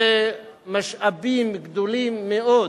אלה משאבים גדולים מאוד,